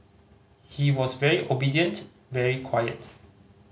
he was very obedient very quiet